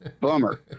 bummer